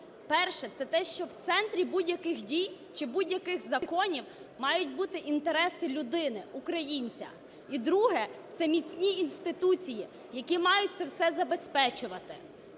Перше – це те, що в центрі будь-яких дій чи будь-яких законів мають бути інтереси людини, українця. І друге – це міцні інституції, які мають це все забезпечувати.